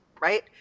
Right